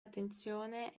attenzione